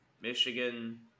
Michigan